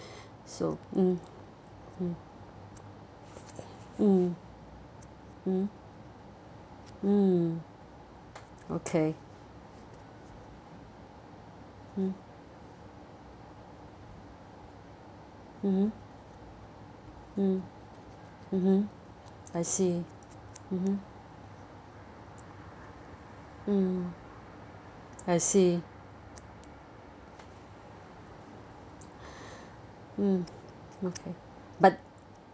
so mm mm mm mm hmm okay mm mmhmm mm mmhmm I see mmhmm mm I see mm okay but